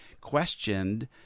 questioned